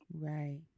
right